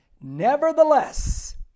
Nevertheless